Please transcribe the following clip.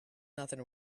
nothing